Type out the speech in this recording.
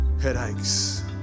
headaches